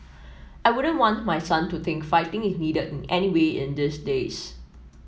I wouldn't want my son to think fighting is needed in any way in these days